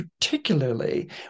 particularly